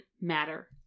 matter